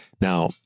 Now